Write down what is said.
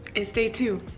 it's day two